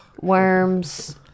Worms